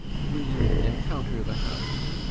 will you encounter the house?